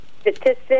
statistics